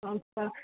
अच्छा